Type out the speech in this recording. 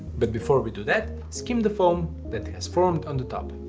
but before we do that, skim the foam that has formed on the top.